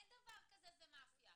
אין דבר כזה זה מאפיה.